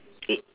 it